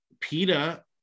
PETA